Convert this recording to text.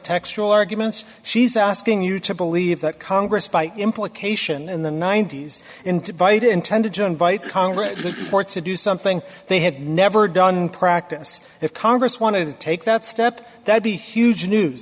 textual arguments she's asking you to believe that congress by implication in the ninety's into bite intended to invite congress to do something they had never done practice if congress wanted to take that step that be huge news